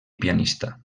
pianista